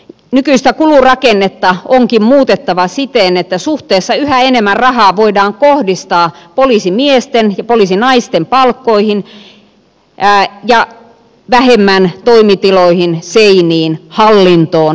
nykyistä kulurakennetta onkin muutettava siten että suhteessa yhä enemmän rahaa voidaan kohdistaa poliisimiesten ja poliisinaisten palkkoihin ja vähemmän toimitiloihin seiniin hallintoon byrokratiaan